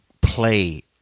play